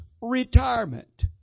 retirement